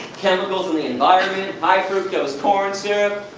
chemicals of the environment, high fructose corn syrup,